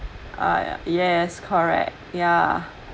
uh yes correct ya